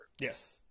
Yes